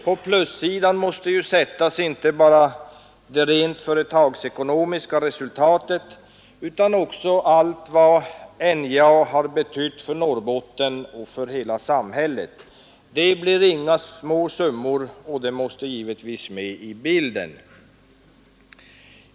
På plussidan måste sättas inte bara det rent företagsekonomiska resultatet, utan också allt vad NJA har betytt för Norrbotten och för hela samhället. Det blir inga små summor, och det måste med i bilden.